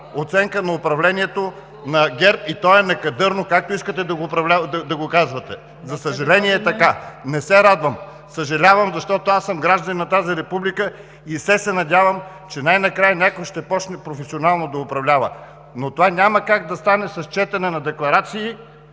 оценка на управлението на ГЕРБ и то е некадърно, както и да го казвате. За съжаление, е така! Не се радвам, съжалявам, защото съм гражданин на тази република и все се надявам, че най-накрая някой ще започне професионално да управлява. Това няма как да стане с четене на декларации,